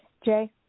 Jay